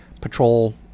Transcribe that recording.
patrol